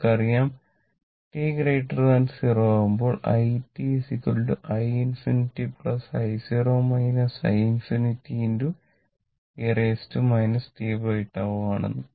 നമുക്ക് അറിയാം t0 ആവുമ്പോൾ i i ∞ i0 i ∞ e tτ ആണ് എന്ന്